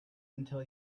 until